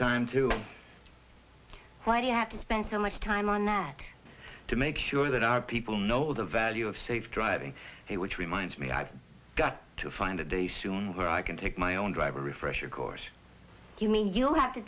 time to why do you have to spend so much time on now to make sure that our people know the value of safe driving it which reminds me i've got to find a day where i can take my own driver refresher course you mean you don't have to